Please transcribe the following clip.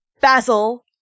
basil